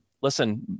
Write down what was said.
listen